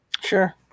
sure